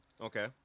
Okay